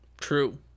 True